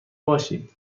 باشید